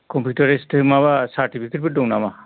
computer स्किलनि माबा certificate for दं नामा